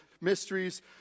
mysteries